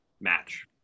match